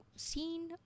seen